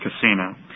casino